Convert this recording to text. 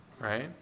Right